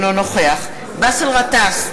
אינו נוכח באסל גטאס,